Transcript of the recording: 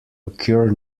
occur